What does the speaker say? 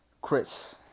chris